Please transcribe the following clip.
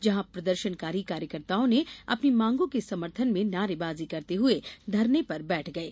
जहां प्रदर्शनकारी कार्यकर्ता अपनी मांगो के समर्थन में नारेबाजी करते हुए धरना पर बैठ गये